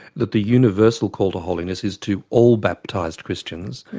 that the universal call to holiness is to all baptised christians,